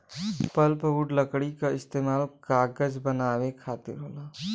pulpwood लकड़ी क इस्तेमाल कागज बनावे खातिर होला